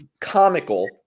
comical